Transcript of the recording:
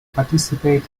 participated